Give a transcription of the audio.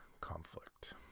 conflict